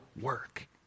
work